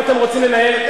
אם אתם רוצים לנהל,